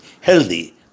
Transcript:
healthy